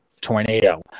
tornado